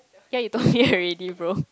yea you told me already bro